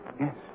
Yes